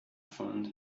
found